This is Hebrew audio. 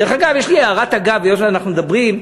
דרך אגב, יש לי הערת אגב, היות שאנחנו מדברים.